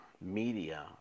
Media